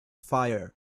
fire